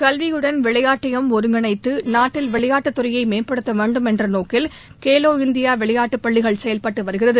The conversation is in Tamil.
கல்வியுடன் விளையாட்டையும் ஒருங்கிணைத்து நாட்டில் விளையாட்டுத் துறையை மேம்படுத்த வேண்டும் என்ற நோக்கில் கேலோ இந்தியா விளையாட்டுப் பள்ளிகள் செயல்பட்டு வருகிறது